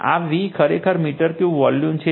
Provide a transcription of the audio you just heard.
આ V ખરેખર metre cube volume છે